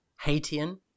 Haitian